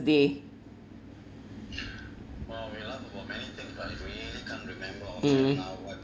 day mm